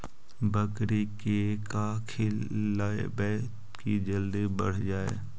बकरी के का खिलैबै कि जल्दी बढ़ जाए?